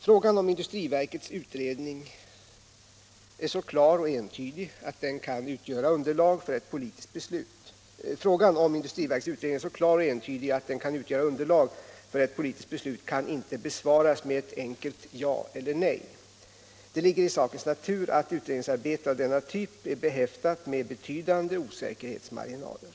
Frågan, om industriverkets utredning är så klar och entydig att den kan utgöra underlag för ett politiskt beslut, kan inte besvaras med ett enkelt ja eller nej. Det ligger i sakens natur att utredningsarbete av denna typ är behäftat med betydande osäkerhetsmarginaler.